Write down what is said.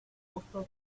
justo